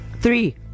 Three